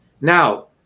Now